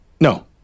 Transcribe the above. No